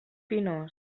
pinós